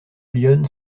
lyonne